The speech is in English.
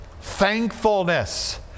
thankfulness